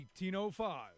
1805